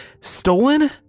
Stolen